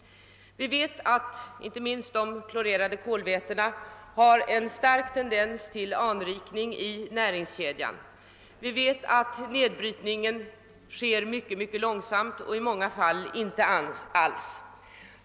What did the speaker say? Vi vet att de klorerade kolvätena har en stark tendens till anrikning i näringskedjan. Vi vet att nedbrytningen sker mycket långsamt och att det i många fall inte förekommer någon nedbrytning alls.